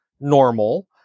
normal